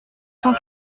cent